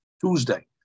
Tuesday